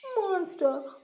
monster